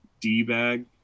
d-bag